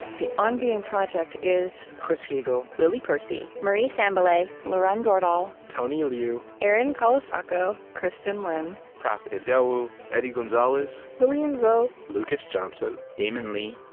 the on being project is chris heagle, lily percy, marie sambilay, lauren dordal, tony liu, erin colasacco, kristin lin, profit idowu, eddie gonzalez, lilian vo, lucas johnson, damon lee,